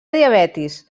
diabetis